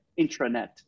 intranet